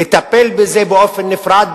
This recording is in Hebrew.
לטפל בזה באופן נפרד,